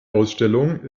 ausstellung